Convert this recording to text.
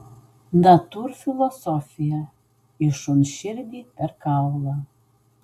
natūrfilosofija į šuns širdį per kaulą